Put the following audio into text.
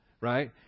right